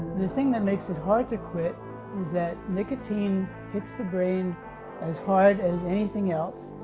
the thing that makes it hard to quit is that nicotine hits the brain as hard as anything else.